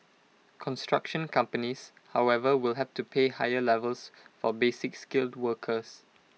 construction companies however will have to pay higher levies for basic skilled workers